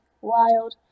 Wild